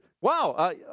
wow